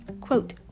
Quote